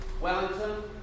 Wellington